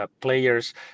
players